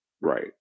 right